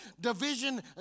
Division